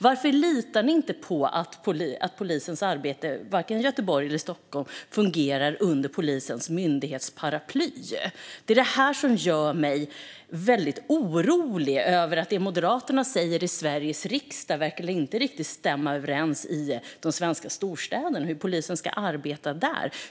Varför litar ni inte på att polisens arbete i Göteborg eller i Stockholm fungerar under polisens myndighetsparaply? Det gör mig väldigt orolig. Det Moderaterna säger i Sveriges riksdag verkar inte riktigt stämma överens med hur polisen ska arbeta i de svenska storstäderna.